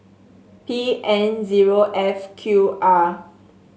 P N zero F Q R